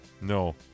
No